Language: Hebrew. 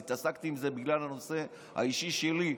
התעסקתי בזה בגלל הנושא האישי שלי,